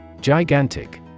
Gigantic